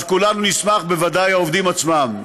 אז כולנו נשמח, בוודאי העובדים עצמם.